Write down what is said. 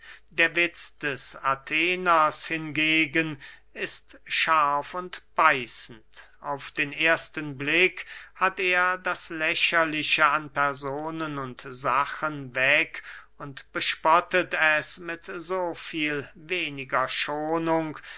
der witz des atheners hingegen ist scharf und beißend auf den ersten blick hat er das lächerliche an personen und sachen weg und bespottet es mit so viel weniger schonung